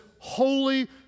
holy